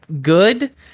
good